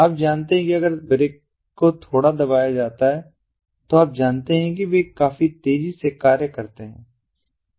आप जानते हैं कि अगर ब्रेक को थोड़ा दबाया जाता है तो आप जानते हैं कि वे काफी तेजी से कार्य करते हैं